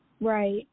Right